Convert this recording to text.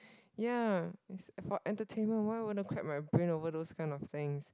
ya is for entertainment why would I want to crack my brains over those kind of things